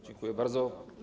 Dziękuję bardzo.